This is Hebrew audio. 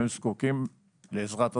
הם זקוקים לעזרת הזולת.